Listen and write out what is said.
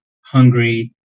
Hungary